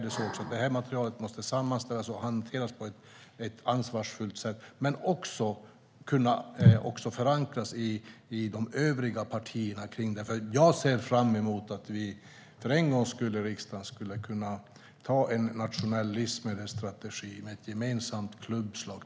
Detta material måste sammanställas och hanteras på ett ansvarsfullt sätt, men också förankras hos de övriga partierna. Jag ser fram emot att vi för en gångs skull i riksdagen ska kunna anta en nationell livsmedelsstrategi med ett gemensamt klubbslag.